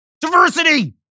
Diversity